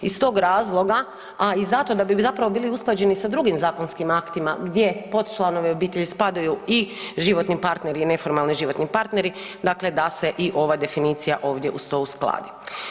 Iz tog razloga, a i zato da bi zapravo bili usklađeni sa drugim zakonskim aktima gdje pod članovi obitelji spadaju i životni partneri i neformalni životni partneri dakle da se i ova definicija ovdje uz to uskladi.